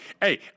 Hey